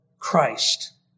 Christ